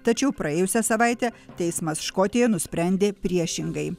tačiau praėjusią savaitę teismas škotija nusprendė priešingai